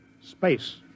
space